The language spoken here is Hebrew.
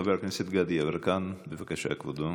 חבר הכנסת גדי יברקן, בבקשה, כבודו.